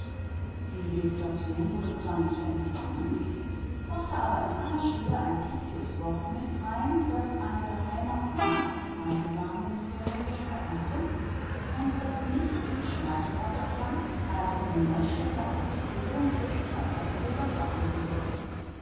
die deputation wurde zwar nicht empfangen brachte aber in aller stille ein kräftiges wort mit heim das ein geheimer rat im eisenbahnministerium gesprochen hatte und das nicht viel schmeichelhafter klang als die neustädter auslegung des